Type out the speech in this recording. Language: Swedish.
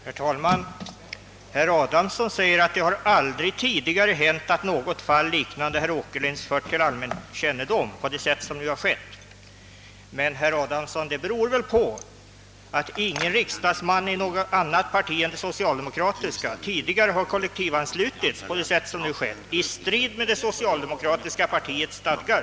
Herr talman! Herr Adamsson säger att det aldrig tidigare har hänt att något fall liknande herr Åkerlinds har förts till allmän kännedom på det sätt som nu har skett. Men, herr Adamsson, det beror väl på att ingen riksdagsman i något annat parti än det socialdemokratiska tidigare har kollektivanslutits på det sätt som nu skett, i strid mot det socialdemokratiska partiets stadgar.